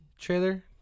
Trailer